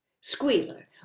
Squealer